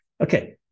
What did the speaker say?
okay